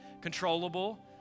controllable